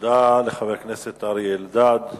תודה לחבר הכנסת אריה אלדד.